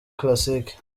classic